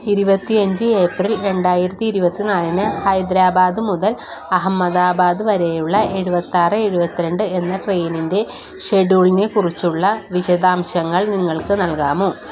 ഇരുപത്തിയഞ്ച് ഏപ്രിൽ രണ്ടായിരത്തി ഇരുപത്തി നാലിന് ഹൈദരാബാദ് മുതൽ അഹമ്മദാബാദ് വരെയുള്ള എഴുപത്തിയാറ് എഴുപത്തിരണ്ട് എന്ന ട്രെയിനിൻ്റെ ഷെഡ്യൂളിനെക്കുറിച്ചുള്ള വിശദാംശങ്ങൾ നിങ്ങൾക്കു നൽകാമോ